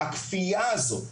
הכפייה הזאת,